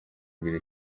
ibiri